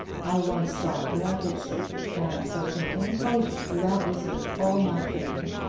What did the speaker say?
i once thought that i did so and so thinking, told you, without reserve, all my feeling.